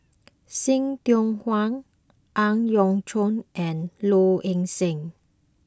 See Tiong Wah Ang Yau Choon and Low Ing Sing